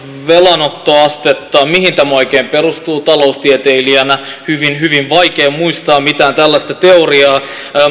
velanottoastetta mihin tämä oikein perustuu taloustieteilijänä on hyvin hyvin vaikea muistaa mitään tällaista teoriaa